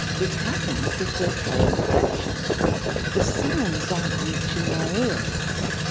it happens if we're paying attention but the sounds aren't reaching our ears.